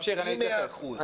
טוב שאמרת,